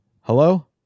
hello